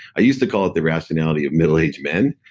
i used to call it the irrationality of middle-aged men,